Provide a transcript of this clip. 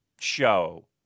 show